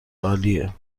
عالیه